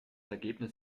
ergebnis